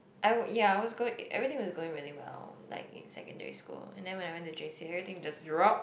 I would ya everything was going really well like in secondary school and then when I went to JC everything just drop